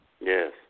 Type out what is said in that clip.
Yes